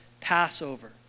Passover